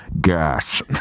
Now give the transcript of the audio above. gas